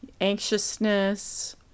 anxiousness